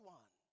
one